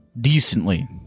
decently